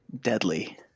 deadly